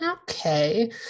Okay